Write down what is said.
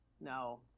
no